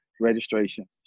registration